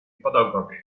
photography